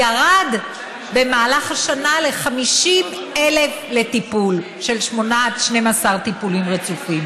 ירד במהלך השנה ל-50,000 לטיפול של שמונה עד 12 טיפולים רצופים?